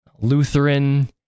Lutheran